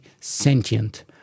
sentient